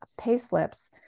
payslips